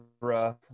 rough